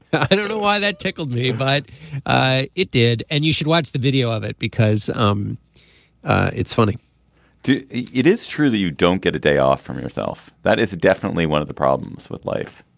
i don't know why that tickled me but it did. and you should watch the video of it because um it's funny too it is true that you don't get a day off from yourself. that is definitely one of the problems with life.